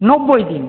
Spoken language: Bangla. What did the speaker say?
নব্বই দিন